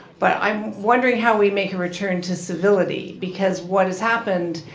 but i'm wondering how we make a return to civility because what has happened,